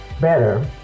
better